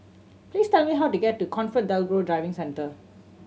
please tell me how to get to ComfortDelGro Driving Centre